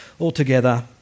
altogether